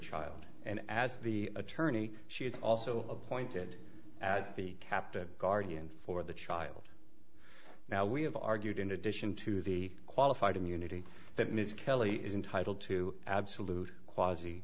child and as the attorney she is also appointed as the captive guardian for the child now we have argued in addition to the qualified immunity that ms kelley is entitled to absolute qua